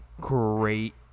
great